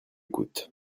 coûte